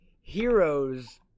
Heroes